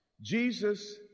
Jesus